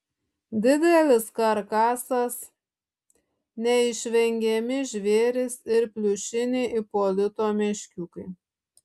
didelis karkasas neišvengiami žvėrys ir pliušiniai ipolito meškiukai